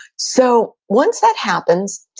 so once that happens,